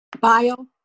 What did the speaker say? bio